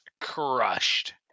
crushed